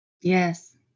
Yes